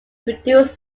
produced